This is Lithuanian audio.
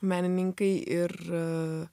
menininkai ir